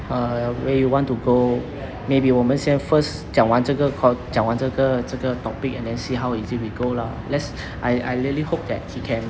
uh where you want to go maybe 我们先 first 讲完这个 con~ 讲完这个这个 topic and then see how is it we go lah let's I I really hope that he can